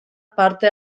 parte